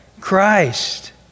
Christ